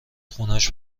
خونش